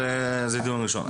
זה דיון ראשון.